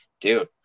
Dude